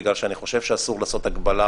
בגלל שאני חושב שאסור לעשות הגבלה